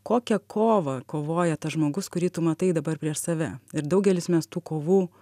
kokią kovą kovoja tas žmogus kurį tu matai dabar prieš save ir daugelis mes tų kovų